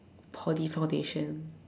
Poly foundation